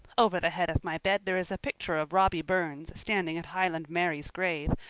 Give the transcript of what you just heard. over the head of my bed there is a picture of robby burns standing at highland mary's grave,